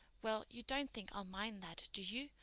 well, you don't think i'll mind that, do you?